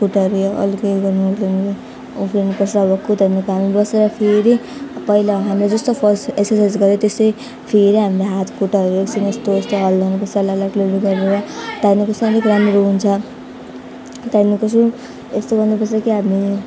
खुट्टाहरू अलिक उयो गर्नु उफ्री उफ्रिनु पर्छ अब कि त घाममा बसेर फेरि पहिला हामीले जस्तो फर्स्ट एक्सर्साइज गर्यो त्यस्तो फेरि हामीले हात खुट्टाहरू एकछिन् यस्तो यस्तो हल्लाउनु पर्छ लल्याकलुलुक गरेर त्यहाँदेखि अलिक राम्रो हुन्छ त्यहाँदेखि कस्तो यस्तो गर्नु पर्छ कि हामी